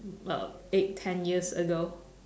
uh eight ten years ago